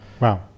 Wow